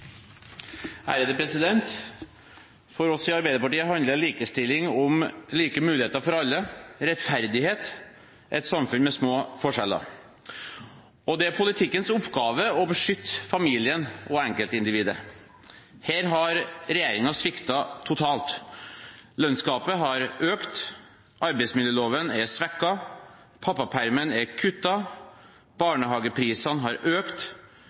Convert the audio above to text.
For oss i Arbeiderpartiet handler likestilling om like muligheter for alle, om rettferdighet og om et samfunn med små forskjeller. Det er politikkens oppgave å beskytte familien og enkeltindividet. Her har regjeringen sviktet totalt. Lønnsgapet har økt, arbeidsmiljøloven er svekket, pappapermen er kuttet, barnehageprisene har økt,